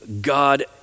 God